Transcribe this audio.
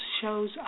shows